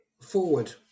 forward